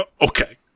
Okay